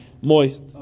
moist